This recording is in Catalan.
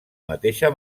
mateixa